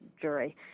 jury